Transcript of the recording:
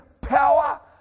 power